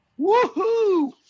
woohoo